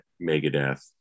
Megadeth